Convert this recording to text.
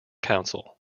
council